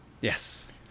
Yes